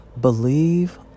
believe